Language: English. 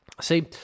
See